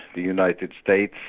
the united states,